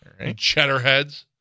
Cheddarheads